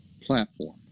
platform